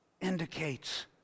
indicates